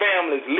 families